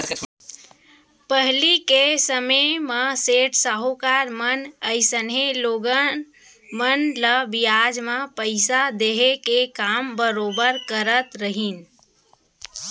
पहिली के समे म सेठ साहूकार मन अइसनहे लोगन मन ल बियाज म पइसा देहे के काम बरोबर करत रहिन